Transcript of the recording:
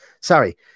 Sorry